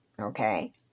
okay